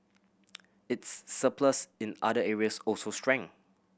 its surplus in other areas also shrank